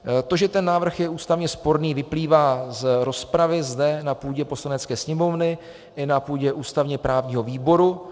To, že ten návrh je ústavně sporný, vyplývá z rozpravy zde na půdě Poslanecké sněmovny i na půdě ústavněprávního výboru.